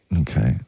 Okay